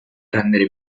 rendere